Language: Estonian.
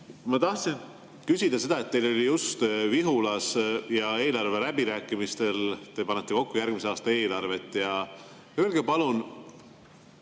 Ma tahtsin küsida [järgmist]. Teil olid just Vihulas eelarve läbirääkimised, te panete kokku järgmise aasta eelarvet. Öelge palun,